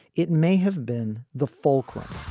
it may have been the fulcrum,